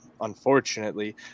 unfortunately